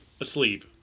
asleep